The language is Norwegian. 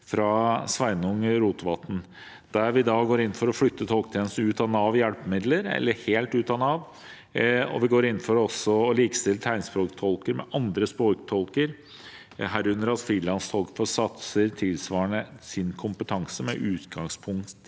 forslagene nr. 5 og 6. Vi går inn for å flytte tolketjenesten ut av Nav hjelpemidler eller helt ut av Nav. Vi går også inn for å likestille tegnspråktolker med andre språktolker, herunder at frilanstolker får satser tilsvarende sin kompetanse med utgangspunkt